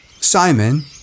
Simon